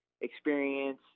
experience